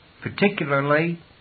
Particularly